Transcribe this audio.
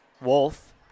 Wolf